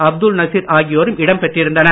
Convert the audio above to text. அப்துல் நசீர் ஆகியோரும் இடம்பெற்றிருந்தனர்